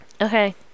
okay